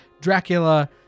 Dracula